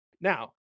Now